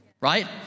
right